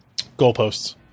Goalposts